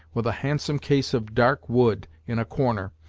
with a handsome case of dark wood, in a corner,